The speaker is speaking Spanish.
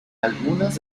algunas